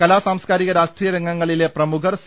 കലാസാംസ്കാരിക രാഷ്ട്രീയ രംഗങ്ങളിലെ പ്രമുഖർ സി